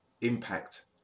impact